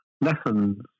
lessons